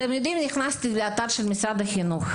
נכנסתי לאתר של משרד החינוך,